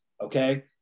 okay